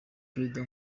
perezida